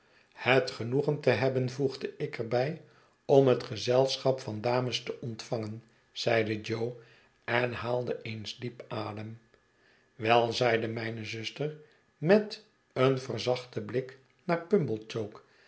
het genoegen te hebben voegde ik erbij om het gezelschap van dames te ontvangen zeide jo en haalde eens diep adem wel zeide mijne zuster met een verzachten blik naar pumblechook